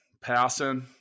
passing